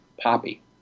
poppy